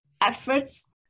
efforts